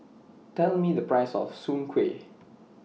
Tell Me The Price of Soon Kway